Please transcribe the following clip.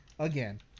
Again